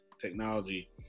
technology